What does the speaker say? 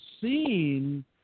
seen